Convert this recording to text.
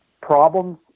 problems